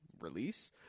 release